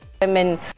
women